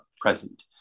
present